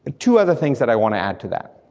two other things that i wanna add to that,